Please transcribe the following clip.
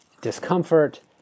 discomfort